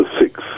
six